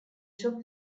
shop